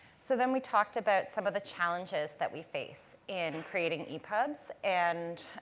so, then we talked about some of the challenges that we face in creating epubs and